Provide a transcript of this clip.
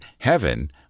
Heaven